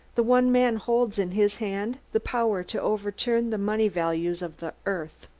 the one man holds in his hand the power to overturn the money values of the earth!